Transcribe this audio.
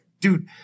dude